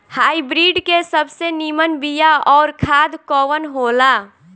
Hybrid के सबसे नीमन बीया अउर खाद कवन हो ला?